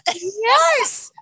Yes